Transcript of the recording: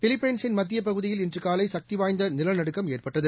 பிலிப்பைன்ஸின் மத்தியப் பகுதியில் இன்றுகாலைசக்திவாய்ந்தநிலநடுக்கம் ஏற்பட்டது